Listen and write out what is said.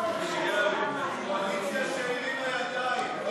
בממשלה לא נתקבלה.